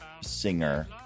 singer